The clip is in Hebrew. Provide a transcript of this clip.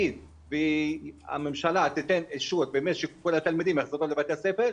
אנחנו מממנים ליווי פדגוגי לבתי הספר,